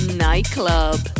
nightclub